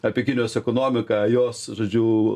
apie kinijos ekonomiką jos žodžiu